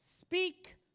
Speak